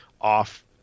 off